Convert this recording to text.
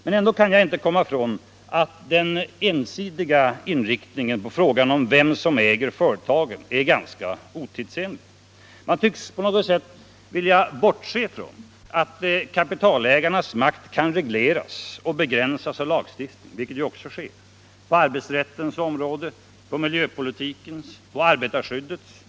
Men ändå kan jag inte komma ifrån att den ensidiga inriktningen på frågan om vem som äger företagen är ganska otidsenlig. Man tycks på något sätt vilja bortse från att kapitalägarnas makt kan regleras och begränsas av lagstiftning, vilket ju också sker. På arbetsrättens, på miljöpolitikens och på arbetarskyddets områden.